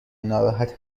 ناراحت